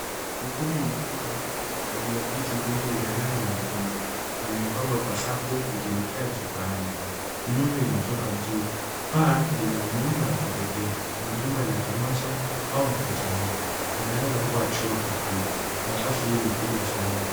Ukumbi mkubwa wenye viti vingi vya rangi nyekundu vimepangwa kwa safu vikielekea jukwaani. Nuru inatoka juu. Paa lina muundo wa kipekee. Ni jumba la tamasha au mkutano. Inaweza kuwa chuo kikuu. Nafasi hii ni kubwa sana.